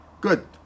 Good